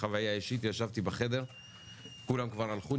חוויה אישית כולם כבר הלכו,